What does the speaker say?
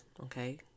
okay